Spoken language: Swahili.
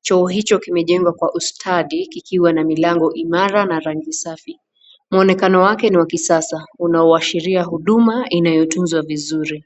Choo hicho kimejengwa kwa ustadi kikiwa na milango imara na rangi safi. Mwonekano wake inaonekana wa kisasa unauashiria huduma inayotunzwa vizuri.